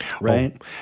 Right